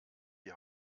die